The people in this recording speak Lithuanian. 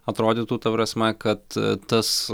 atrodytų ta prasme kad tas